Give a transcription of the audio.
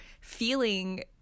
feeling